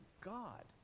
God